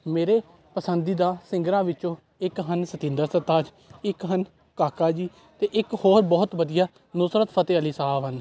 ਮੇਰੇ ਪਸੰਦੀਦਾ ਸਿੰਗਰਾਂ ਵਿੱਚੋਂ ਇੱਕ ਹਨ ਸਤਿੰਦਰ ਸਰਤਾਜ ਇੱਕ ਹਨ ਕਾਕਾ ਜੀ ਅਤੇ ਇੱਕ ਹੋਰ ਬਹੁਤ ਵਧੀਆ ਨੁਸਰਤ ਫਤਿਹ ਅਲੀ ਸਾਹਿਬ ਹਨ